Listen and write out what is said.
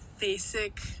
basic